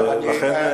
ולכן,